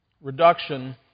Reduction